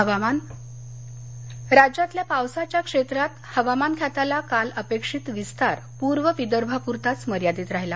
हवामान राज्यातल्या पावसाच्या क्षेत्रात हवामान खात्याला काल अपेक्षित विस्तार पूर्व विदर्भापुरताच मर्यादित राहिला